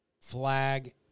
Flag